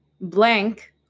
blank